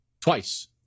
twice